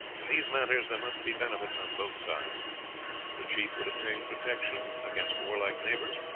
in these matters there must be benefits on both sides the chief would obtain protection against warlike neighbors,